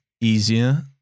easier